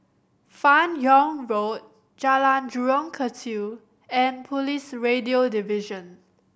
Fan Yoong Road Jalan Jurong Kechil and Police Radio Division